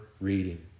reading